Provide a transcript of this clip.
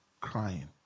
crying